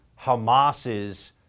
Hamas's